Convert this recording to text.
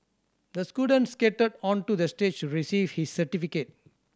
the student skated onto the stage receive his certificate